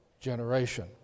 generation